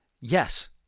yes